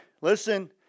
listen